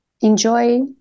Enjoy